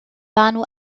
banu